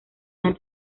una